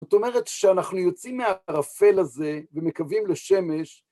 זאת אומרת שאנחנו יוצאים מהערפל הזה, ומקווים לשמש,